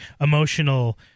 emotional